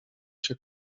się